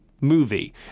movie